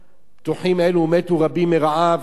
פתוחים אלו מתו רבים מרעב, מקור.